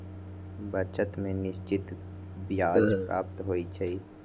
बचत में निश्चित ब्याज प्राप्त होइ छइ